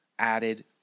added